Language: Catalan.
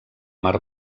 mar